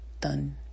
done